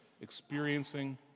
experiencing